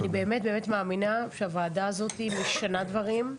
אני באמת-באמת מאמינה שהוועדה הזאת משנה דברים.